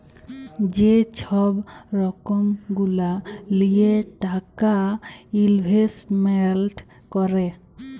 যে ছব রকম গুলা লিঁয়ে টাকা ইলভেস্টমেল্ট ক্যরে